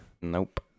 Nope